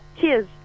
cheers